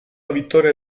vittoria